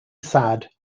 sad